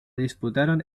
disputaron